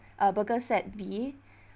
uh burger set B